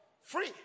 free